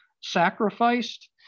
sacrificed